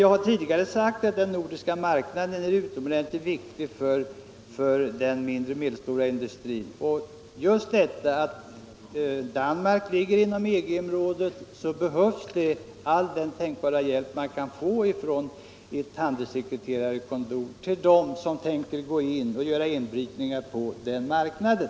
Jag har tidigare sagt att den nordiska marknaden är utomordentligt viktig för den mindre och medelstora industrin. Just därför att Danmark ligger inom EG-området behövs all tänkbar hjälp från ett handelssekreterarkontor åt dem som tänker göra inbrytningar på den marknaden.